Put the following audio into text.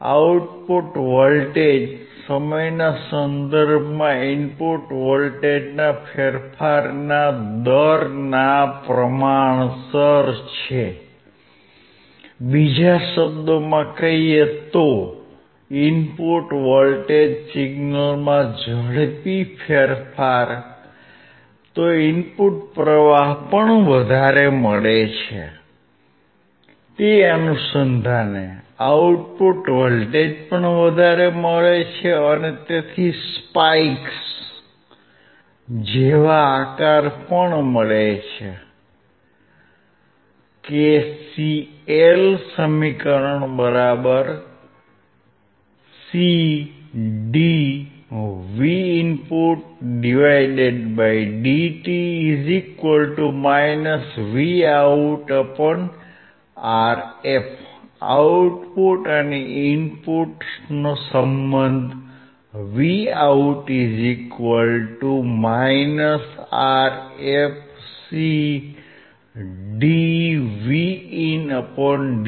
output voltage સમયના સંદર્ભમાં input વોલ્ટેજના ફેરફારના દરના પ્રમાણસર છે બીજા શબ્દોમાં ઇનપુટ વોલ્ટેજ સિગ્નલમાં ઝડપી ફેરફાર તો ઇનપુટ પ્રવાહ વધુ તે અનુસંધાને આઉટપુટ વોલ્ટેજ વધારે અને તેથી સ્પાઇક્સ જેવા આકાર પણ વધારે મળે